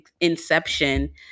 inception